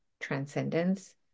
transcendence